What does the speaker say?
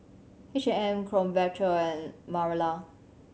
H M Krombacher and Barilla